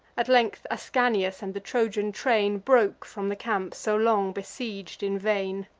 at length ascanius and the trojan train broke from the camp, so long besieg'd in vain.